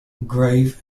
grave